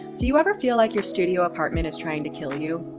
do you ever feel like your studio apartment is trying to kill you?